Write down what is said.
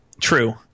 True